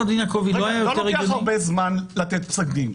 לא לוקח הרבה זמן לתת פסק דין.